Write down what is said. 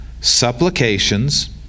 supplications